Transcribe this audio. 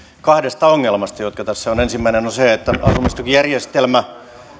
kahdesta ongelmasta jotka tässä on ensimmäinen on se että asumistukijärjestelmä